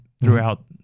throughout